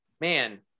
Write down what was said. man